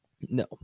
no